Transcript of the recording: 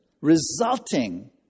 resulting